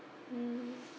mm